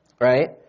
Right